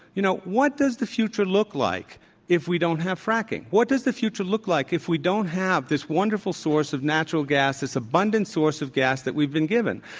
you know what does the future look like if we don't have fracking? what does the future look like if we don't have this wonderful source of natural gas, this abundant source of gas that we've been given.